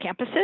campuses